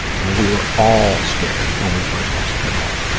and we were all scared when we first asked for help.